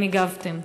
והאם הגבתם?